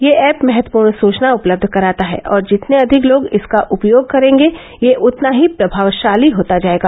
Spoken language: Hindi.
यह ऐप महत्वपूर्ण सुचना उपलब्ध कराता है और जितने अधिक लोग इसका उपयोग करेंगे यह उतना ही प्रभावशाली होता जाएगा